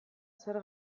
zer